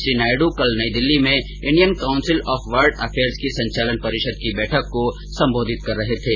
श्री नायड् कल नई दिल्ली में Indian council of world affairs की संचालन परिषद की बैठक को संबोधित कर रहे थे